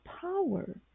power